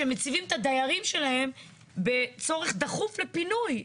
שמציבים את הדיירים שלהם בצורך דחוף לפינוי.